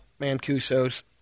Mancusos